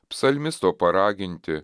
psalmisto paraginti